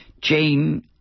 Jane